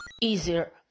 easier